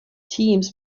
teams